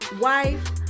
wife